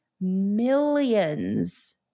millions